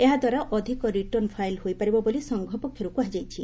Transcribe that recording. ଏହାଦ୍ୱାରା ଅଧ୍ୟକ return file ହୋଇପାରିବ ବୋଲି ସଂଘ ପକ୍ଷର୍ତ କୃହାଯାଇଛି